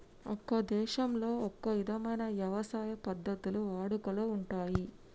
ఒక్కో దేశంలో ఒక్కో ఇధమైన యవసాయ పద్ధతులు వాడుకలో ఉంటయ్యి